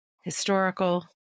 historical